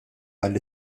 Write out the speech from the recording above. għall